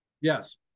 yes